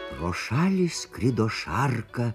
pro šalį skrido šarka